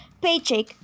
paycheck